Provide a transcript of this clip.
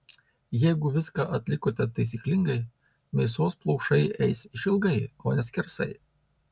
jeigu viską atlikote taisyklingai mėsos plaušai eis išilgai o ne skersai